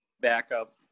backup